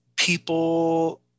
people